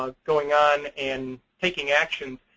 um going on and taking action.